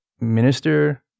minister